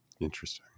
Interesting